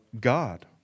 God